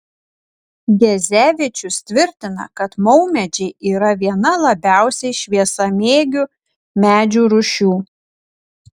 gezevičius tvirtina kad maumedžiai yra viena labiausiai šviesamėgių medžių rūšių